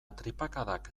tripakadak